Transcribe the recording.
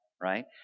right